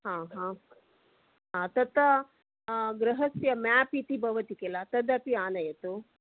हा हा तत्र गृहस्य म्याप् इति भवति खिल तदपि आनयतु